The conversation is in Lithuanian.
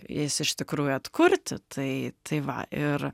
jas iš tikrųjų atkurti tai tai va ir